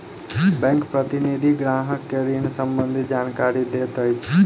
bank प्रतिनिधि ग्राहक के ऋण सम्बंधित जानकारी दैत अछि